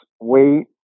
weight